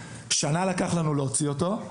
שנה לקח לנו להוציא אותו,